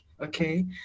okay